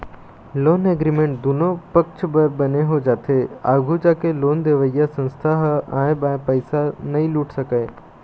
loan agreement दुनो पक्छ बर बने हो जाथे आघू जाके लोन देवइया संस्था ह आंय बांय पइसा नइ लूट सकय